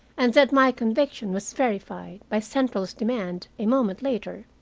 and that my conviction was verified by central's demand, a moment later,